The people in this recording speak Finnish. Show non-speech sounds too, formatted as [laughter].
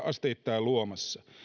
[unintelligible] asteittain luomassa